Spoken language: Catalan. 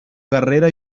guerrera